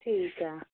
ਠੀਕ ਐ